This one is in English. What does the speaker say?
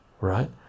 right